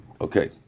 Okay